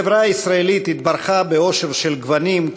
החברה הישראלית התברכה בעושר של גוונים,